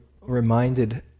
reminded